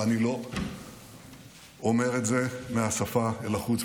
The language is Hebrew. ואני לא אומר את זה מהשפה אל החוץ,